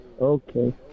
okay